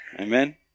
Amen